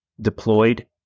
deployed